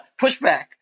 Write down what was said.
pushback